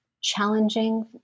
challenging